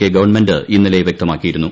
K government ഇന്നലെ വ്യക്തമാക്കിയിരുന്നു